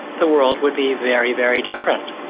the world would be very, very different.